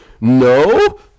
No